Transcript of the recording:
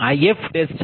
1 j1